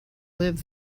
live